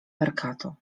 perkato